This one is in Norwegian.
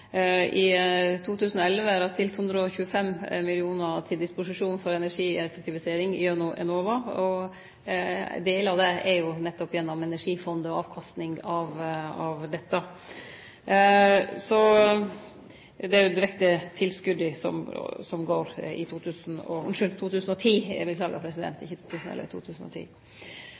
I 2010 er det stilt 125 mill. kr til disposisjon for energieffektivisering gjennom Enova, og ein del av dette er jo nettopp gjennom Energifondet og avkastninga av dette. Det er det direkte tilskotet som går i